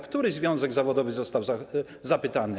Który związek zawodowy został o to zapytany?